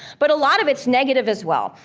but a lot of it's negative as well.